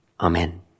Amen